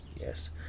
Yes